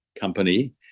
company